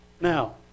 Now